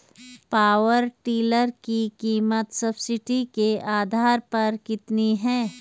Power tiller की कीमत subsidy के आधार पर कितनी है?